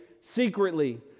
secretly